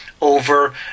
Over